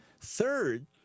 Third